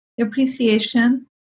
appreciation